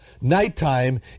Nighttime